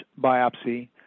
biopsy